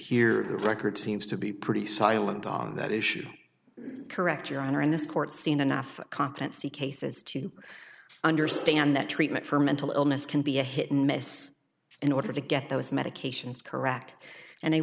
the record seems to be pretty silent on that issue correct your honor in this court seen enough content see cases to understand that treatment for mental illness can be a hit and miss in order to get those medications correct and